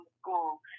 school